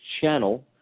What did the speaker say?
channel